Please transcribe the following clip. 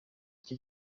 icyo